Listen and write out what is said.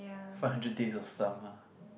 Five-Hundred-Days-of-Summer